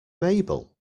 mabel